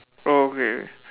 oh okay